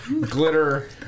glitter